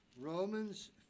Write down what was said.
Romans